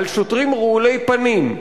על שוטרים רעולי פנים,